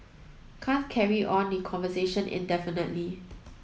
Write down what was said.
can't carry on the conversation indefinitely